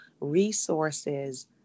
resources